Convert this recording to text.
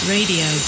Radio